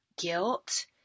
guilt